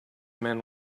men